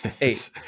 Eight